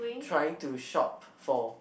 trying to shop for